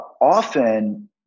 often